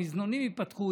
המזנונים ייפתחו,